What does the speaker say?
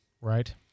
right